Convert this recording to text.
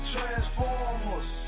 Transformers